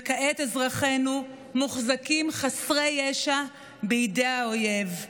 וכעת אזרחינו מוחזקים חסרי ישע בידי האויב.